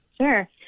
Sure